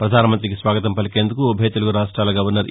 ప్రధాన మంత్రికి స్వాగతం పలికేందుకు ఉభయ తెలుగు రాష్ట్రాల గవర్నర్ ఈ